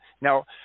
Now